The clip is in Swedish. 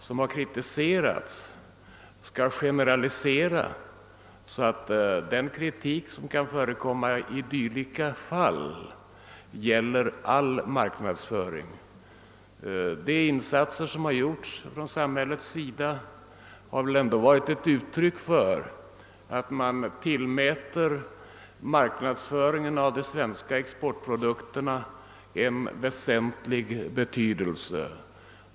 Den kritik som har riktats mot dylika fall gäller inte all marknadsföring. De insatser som har gjorts från samhällets sida har väl ändå varit ett uttryck för att man tillmäter marknadsföringen av de svenska exportprodukterna väsentlig betydelse.